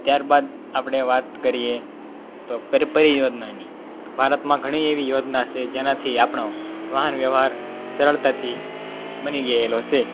ત્યાર બાદ આપણે વાત કરીએ તો યોજનાની ભારતમાં ઘણી એવી યોજના છે જેનાથી આપણો વાહન વ્યવહાર સરળતાથી બની ગયેલો છે